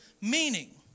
meaning